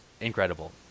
incredible